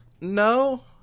No